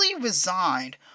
resigned